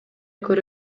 көрө